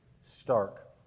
stark